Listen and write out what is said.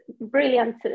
brilliant